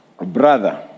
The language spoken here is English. brother